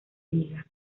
liga